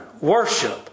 Worship